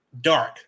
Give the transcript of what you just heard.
Dark